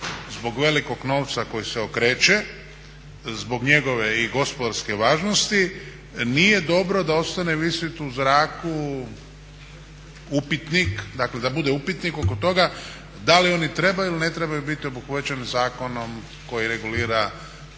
zbog velikog novca koji se okreće, zbog njegove i gospodarske važnosti nije dobro da ostane visit u zraku upitnik, dakle da bude upitnik oko toga da li oni trebaju ili ne trebaju biti obuhvaćeni zakonom koji regulira